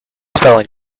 spelling